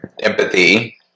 empathy